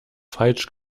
falsch